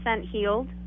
healed